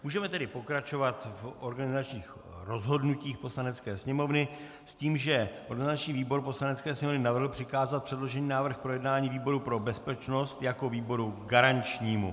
Můžeme tedy pokračovat v organizačních rozhodnutích Poslanecké sněmovny s tím, že organizační výbor Poslanecké sněmovny navrhl přikázat předložený návrh k projednání výboru pro bezpečnost jako výboru garančnímu.